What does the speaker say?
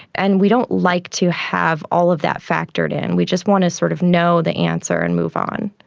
and we don't like to have all of that factored in, we just want to sort of know the answer and move on.